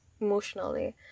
emotionally